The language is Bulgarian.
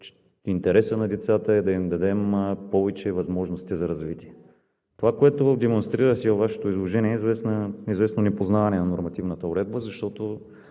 Интересът на децата е да им дадем повече възможности за развитие. Това, което демонстрирате във Вашето изложение, е известно непознаване на нормативната уредба, защото